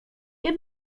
nie